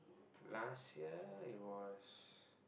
last year it was